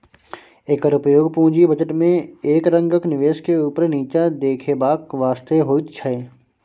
एकर उपयोग पूंजी बजट में एक रंगक निवेश के ऊपर नीचा देखेबाक वास्ते होइत छै